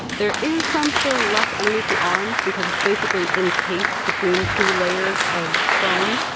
there is some still left underneath the arms because it's basically encased between two layers of foam,